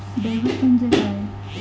Debit म्हणजे काय?